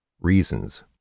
reasons